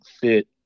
fit